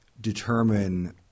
determine